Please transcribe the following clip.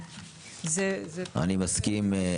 אני מסכים.